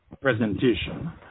presentation